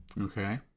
Okay